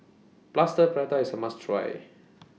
Plaster Prata IS A must Try